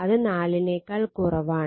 അത് 4 നേക്കാൾ കുറവാണ്